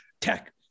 tech